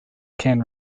can